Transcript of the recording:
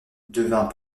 devient